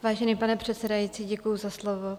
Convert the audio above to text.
Vážený pane předsedající, děkuji za slovo.